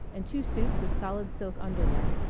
and two suits of solid silk underwear.